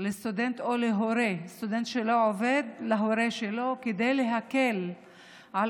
לסטודנט או להורה של סטודנט שלא עובד כדי להקל על